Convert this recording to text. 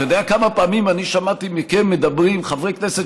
אתה יודע כמה פעמים אני שמעתי חברי כנסת